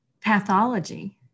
pathology